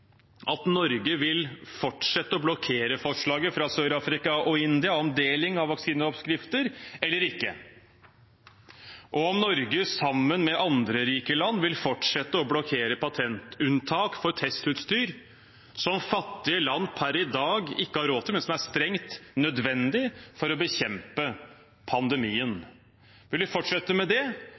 at Norge vil fortsette å blokkere forslaget fra Sør-Afrika og India om deling av vaksineoppskrifter, eller ikke, og om Norge, sammen med andre rike land, vil fortsette å blokkere patentunntak for testutstyr som fattige land per i dag ikke har råd til, men som er strengt nødvendig for å bekjempe pandemien. Vil vi fortsette med det,